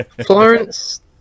Florence